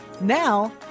Now